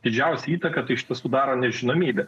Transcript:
didžiausią įtaką tai sudaro nežinomybė